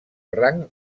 rang